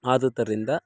ಆದುದ್ದರಿಂದ